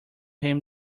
him